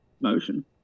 Motion